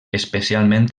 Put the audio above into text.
especialment